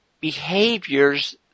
behaviors